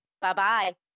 Bye-bye